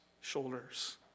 shoulders